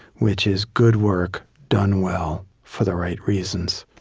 which is, good work, done well, for the right reasons.